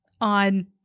on